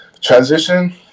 transition